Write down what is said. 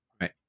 Right